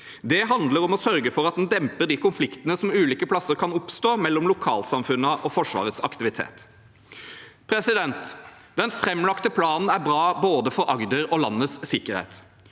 Det handler om å sørge for at man demper de konfliktene som ulike plasser kan oppstå mellom lokalsamfunnene og Forsvarets aktivitet. Den framlagte planen er bra for både Agder og landets sikkerhet.